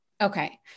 Okay